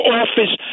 office